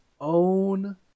own